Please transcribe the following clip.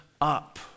up